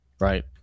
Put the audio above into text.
Right